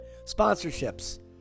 sponsorships